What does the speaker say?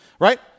right